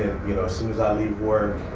you know soon as i leave work,